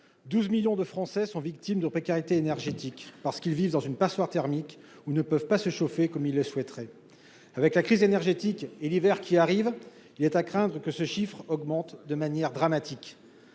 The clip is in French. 12 millions de Français sont victimes de précarité énergétique parce qu'ils vivent dans une passoire thermique ou ne peuvent pas se chauffer, comme il le souhaiterait, avec la crise énergétique et l'hiver qui arrive, il est à craindre que ce chiffre augmente de manière dramatique,